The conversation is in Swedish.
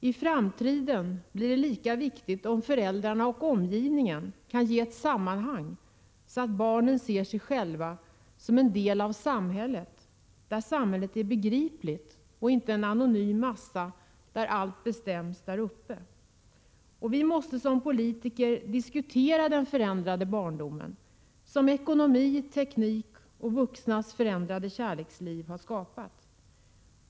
I framtiden blir det lika viktigt att föräldrarna och omgivningen kan ge ett sammanhang, så att barnen ser sig själva som en del av samhället, där samhället är begripligt och inte en anonym massa där allt bestäms där uppe. Vi måste som politiker diskutera den förändrade barndomen, som ekonomi, teknik och vuxnas förändrade kärleksliv har skapat.